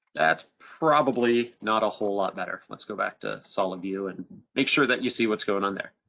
that's probably not a whole lot better. let's go back to solid view and make sure that you see what's going on there.